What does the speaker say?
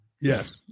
Yes